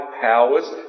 powers